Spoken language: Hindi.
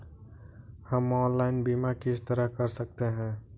हम ऑनलाइन बीमा किस तरह कर सकते हैं?